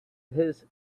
his